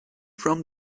from